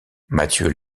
mathieu